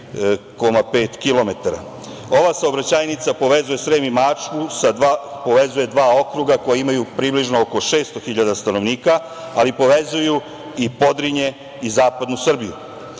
Ova saobraćajnica povezuje Srem i Mačvu, povezuje dva okruga koji imaju približno oko 600 hiljada stanovnika, ali povezuje i Podrinje i zapadnu Srbiju.